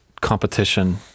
competition